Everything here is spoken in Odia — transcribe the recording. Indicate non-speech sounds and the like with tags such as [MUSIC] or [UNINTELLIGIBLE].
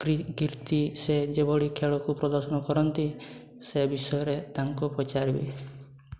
[UNINTELLIGIBLE] ସେ ଯେଭଳି ଖେଳକୁ ପ୍ରଦର୍ଶନ କରନ୍ତି ସେ ବିଷୟରେ ତାଙ୍କୁ ପଚାରିବି